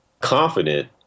confident